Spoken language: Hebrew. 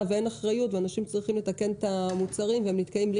אנשים נשארים בלי